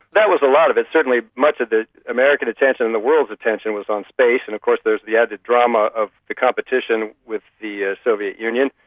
that was a lot of it. certainly much of american attention and the world's attention was on space, and of course there's the added drama of the competition with the ah soviet union.